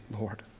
Lord